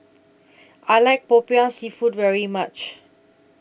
I like Popiah Seafood very much